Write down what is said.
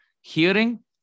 hearing